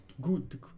good